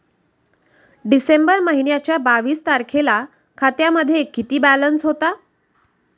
डिसेंबर महिन्याच्या बावीस तारखेला खात्यामध्ये किती बॅलन्स होता?